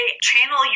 channel